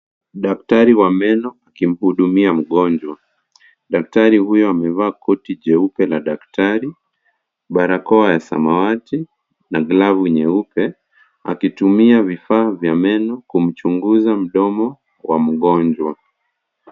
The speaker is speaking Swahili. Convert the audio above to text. Daktari wa meno, akimhudumia mgonjwa. Daktari huyo amevaa koti jeupe la daktari, barakoa ya samawati, na glavu nyeupe, akitumia vifaa vya meno kumchunguza mdomo wa mgonjwa.